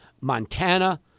Montana